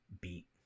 beat